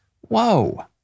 Whoa